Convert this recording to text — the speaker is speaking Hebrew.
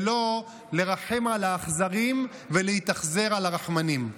ולא לרחם על האכזרים ולהתאכזר על הרחמנים.